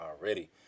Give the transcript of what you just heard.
already